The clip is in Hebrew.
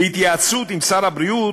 בהתייעצות עם שר הבריאות,